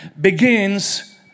begins